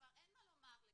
שכבר אין מה לומר לגביהם,